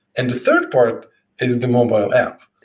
and the third part is the mobile app.